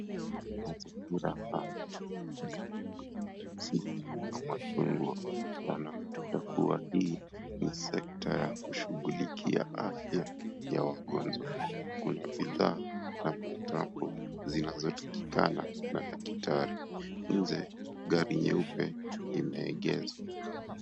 Mazingira haya yanaweza kuwa ni sekta ya kushughulikia afya ya wagonjwa kuna bidhaa na mitambo zinazotakikana na daktari. Nje gari nyeupe imeegeshwa.